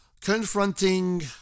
confronting